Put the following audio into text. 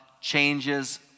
changes